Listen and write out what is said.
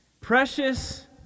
Precious